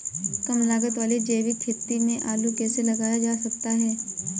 कम लागत वाली जैविक खेती में आलू कैसे लगाया जा सकता है?